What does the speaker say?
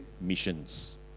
missions